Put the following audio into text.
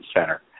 center